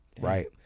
right